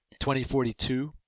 2042